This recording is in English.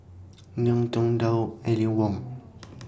Ngiam Tong Dow Aline Wong